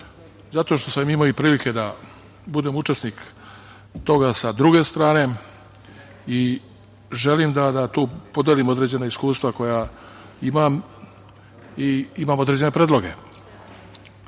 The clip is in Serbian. zato što sam imao i prilike da budem učesnik toga sa druge strane i želim da podelim određena iskustva koja imam i imam određene predloge. Prva